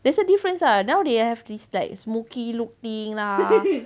there's a difference ah now they have this like smoky looking lah